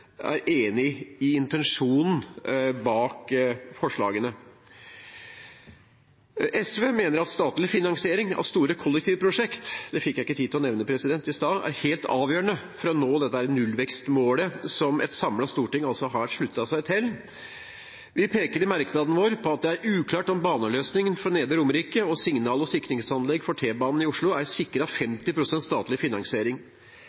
er enig i intensjonen bak forslagene. SV mener at statlig finansiering av store kollektivprosjekt – dette fikk jeg ikke tid til å nevne i sted – er helt avgjørende for å nå nullvekstmålet som et samlet storting har sluttet seg til. Vi peker i merknaden vår på at det er uklart om baneløsningen for Nedre Romerike og signal- og sikringsanlegget for T-banen i Oslo er sikret 50 pst. statlig finansiering.